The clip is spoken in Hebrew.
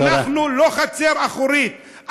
אנחנו לא חצר אחורית,